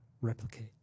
replicate